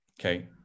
Okay